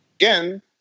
again